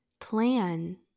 plan